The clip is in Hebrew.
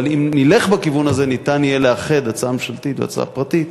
אבל אם נלך בכיוון הזה יהיה אפשר לאחד הצעה ממשלתית והצעה פרטית.